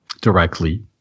directly